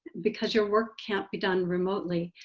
because your work can't be done remotely.